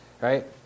right